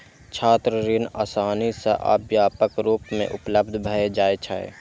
छात्र ऋण आसानी सं आ व्यापक रूप मे उपलब्ध भए जाइ छै